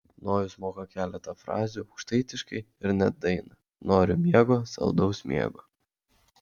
nojus moka keletą frazių aukštaitiškai ir net dainą noriu miego saldaus miego